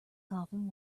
coffin